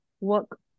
work